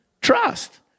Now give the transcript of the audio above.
Trust